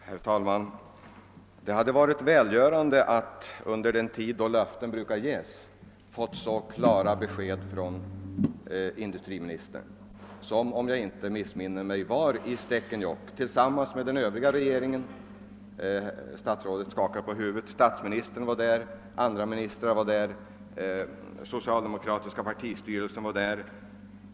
Herr talman! Det hade varit välgörande att under valrörelsen, då löften brukar ges, ha fått så klara besked som dessa från industriministern, vilken om jag inte missminner mig var i Stekenjokk tillsammans med den övriga regeringen. — Statsrådet skakar på huvudet, men under alla förhållanden var statsministern och flertalet andra ministrar liksom den socialdemokratiska partistyrelsen där.